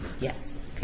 Yes